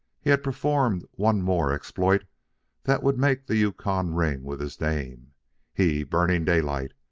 he had performed one more exploit that would make the yukon ring with his name he, burning daylight,